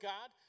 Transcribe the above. God